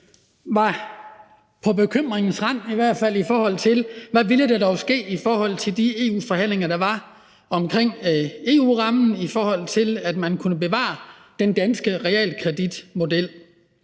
var på bekymringens rand, i forhold til hvad der dog ville ske i de EU-forhandlinger, der var omkring EU-rammen, i forhold til at man kunne bevare den danske realkreditmodel.